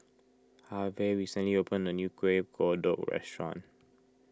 Harve recently opened a new Kuih Kodok restaurant